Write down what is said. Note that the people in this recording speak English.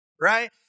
right